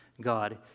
God